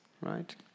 right